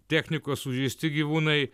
technikos sužeisti gyvūnai